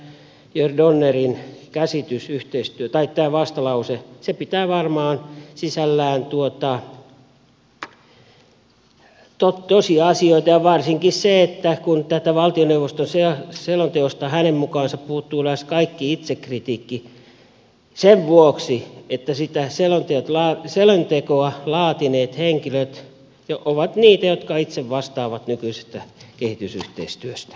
siinä mielessä tämä jörn donnerin vastalause pitää varmaan sisällään tosiasioita ja varsinkin sen että tästä valtioneuvoston selonteosta hänen mukaansa puuttuu lähes kaikki itsekritiikki sen vuoksi että sitä selontekoa laatineet henkilöt ovat niitä jotka itse vastaavat nykyisestä kehitysyhteistyöstä